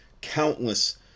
countless